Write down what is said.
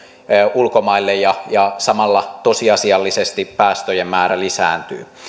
ulkomaille ja ja samalla tosiasiallisesti päästöjen määrä lisääntyy